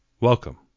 Welcome